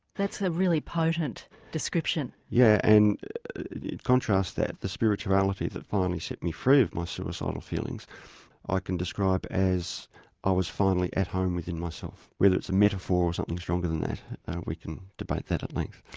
that's a really potent description. yes, yeah and contrast that, the spirituality that finally set me free of my suicidal feelings i can describe as i was finally at home within myself. whether it's a metaphor or something stronger than that we can debate that at length.